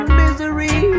misery